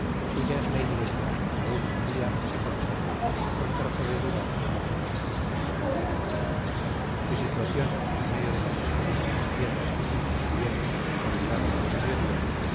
es la iglesia que aún en día se conserva con traza de durar no pocos años su situación en medio de las asperísimas sierras que ciñen el bierzo por el lado de mediodía